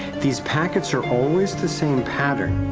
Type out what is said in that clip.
these packets are always the same pattern,